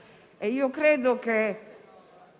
poco ci manca.